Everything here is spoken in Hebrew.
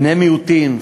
בני מיעוטים,